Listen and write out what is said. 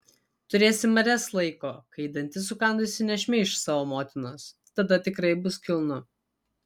turėsi marias laiko kai ji dantis sukandusi nešmeiš savo motinos tada tikrai bus kilnu